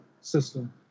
system